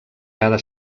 cada